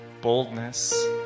boldness